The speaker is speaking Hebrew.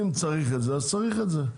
אם צריך את זה אז צריך את זה,